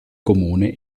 comune